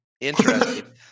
Interesting